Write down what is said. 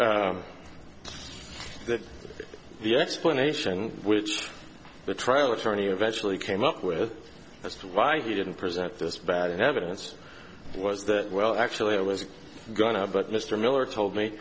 that the explanation which the trial attorney eventually came up with that's why he didn't present this bag of evidence was that well actually i was going to but mr miller told me